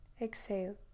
Exhale